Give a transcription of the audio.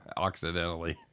accidentally